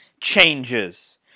changes